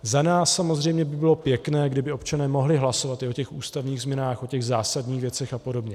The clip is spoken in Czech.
Za nás samozřejmě by bylo pěkné, kdyby občané mohli hlasovat i o ústavních změnách, o zásadních věcech a podobně.